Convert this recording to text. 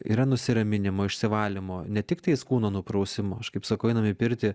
yra nusiraminimo išsivalymo ne tiktais kūno nuprausimo aš kaip sakau einam į pirtį